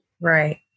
Right